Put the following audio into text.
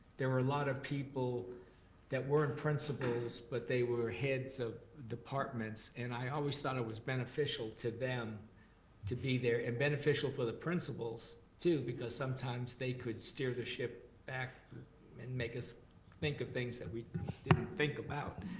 there were a lot of people that weren't principals, but they were heads of departments, and i always thought it was beneficial to them to be there, and beneficial for the principals, too, because sometimes they could steer the ship back and make us think of things that didn't think about.